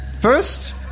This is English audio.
First